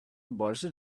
portion